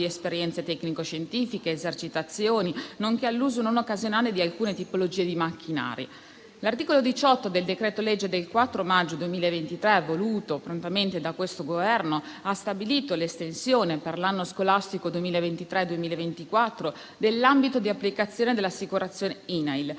esperienze tecnico scientifiche ed esercitazioni nonché all'uso non occasionale di alcune tipologie di macchinari. L'articolo 18 del decreto-legge del 4 maggio 2023, n. 48, voluto prontamente da questo Governo, ha stabilito l'estensione per l'anno scolastico 2023-2024 dell'ambito di applicazione dell'assicurazione INAIL